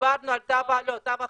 דיברנו על התו הכחול.